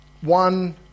one